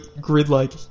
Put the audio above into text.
grid-like